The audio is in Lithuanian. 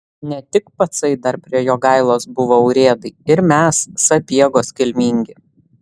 ne tik pacai dar prie jogailos buvo urėdai ir mes sapiegos kilmingi